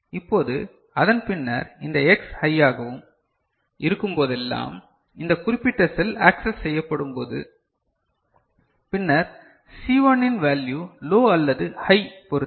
இப்போது அதன் பின்னர் இந்த X ஹையாக இருக்கும் போதெல்லாம் இந்த குறிப்பிட்ட செல் ஆக்சஸ் செய்யப்படும் போது பின்னர் C1 இன் வேல்யு லோ அல்லது ஹை பொறுத்து